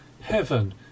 Heaven